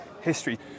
history